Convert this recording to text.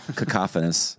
cacophonous